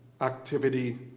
activity